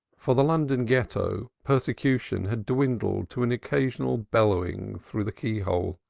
for the london ghetto persecution had dwindled to an occasional bellowing through the keyhole,